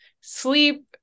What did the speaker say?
sleep